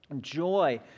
joy